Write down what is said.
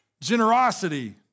generosity